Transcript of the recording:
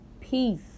peace